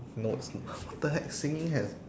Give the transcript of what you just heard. no it's what the heck singing has